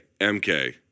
MK